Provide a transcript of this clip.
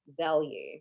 value